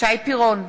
שי פירון,